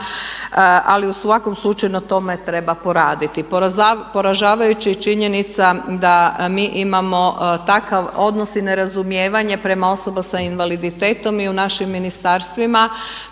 ali u svakom slučaju na tome treba poraditi. Poražavajuća je činjenica da mi imamo takav odnos i ne razumijevanje prema osobama s invaliditetom i u našim ministarstvima